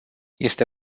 este